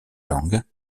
langues